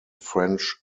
french